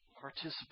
participate